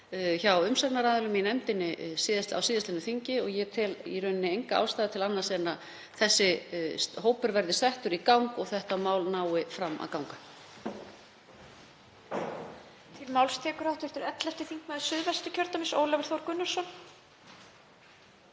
hjá umsagnaraðilum í nefndinni á síðasta þingi og ég tel enga ástæðu til annars en að þessi hópur verði settur í gang og málið nái fram að ganga.